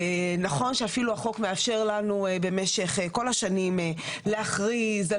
ונכון שאפילו החוק מאפשר לנו במשך כל השנים להכריז על